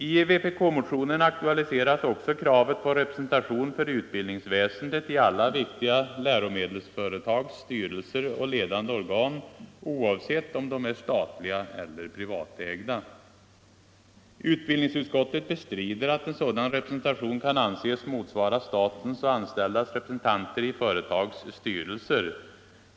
I vpk-motionen aktualiseras också kravet på representation för utbildningsväsendet i alla viktiga läromedelsföretags styrelser och ledande organ — oavsett om de är statliga eller privatägda. Utbildningsutskottet bestrider att en sådan representation kan anses motsvara statens och anställdas representanter i företags styrelser.